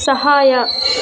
ಸಹಾಯ